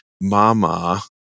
Mama